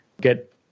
get